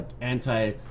anti